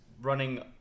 running